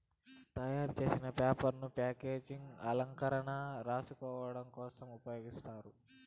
తయారు చేసిన పేపర్ ను ప్యాకేజింగ్, అలంకరణ, రాసుకోడం కోసం ఉపయోగిస్తారు